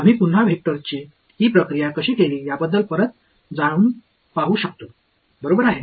आम्ही पुन्हा वेक्टर्सनी ही प्रक्रिया कशी केली याबद्दल परत जाऊन पाहू शकतो बरोबर आहे